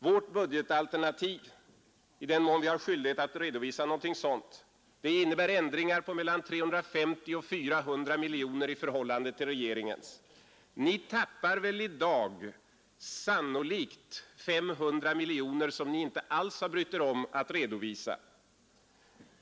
Vårt budgetalternativ, i den mån vi har skyldighet att redovisa någonting sådant, innebär ändringar på mellan 350 miljoner och 400 miljoner i förhållande till regeringens. Ni tappar i dag sannolikt 500 miljoner, som ni inte alls har brytt er om att redovisa.